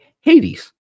Hades